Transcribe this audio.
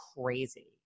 crazy